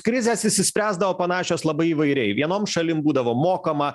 krizės išsispręsdavo panašios labai įvairiai vienom šalim būdavo mokama